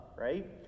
right